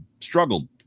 struggled